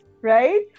right